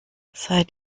seid